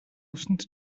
үсэнд